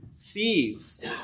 thieves